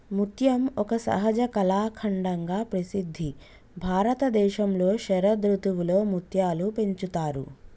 ముత్యం ఒక సహజ కళాఖండంగా ప్రసిద్ధి భారతదేశంలో శరదృతువులో ముత్యాలు పెంచుతారు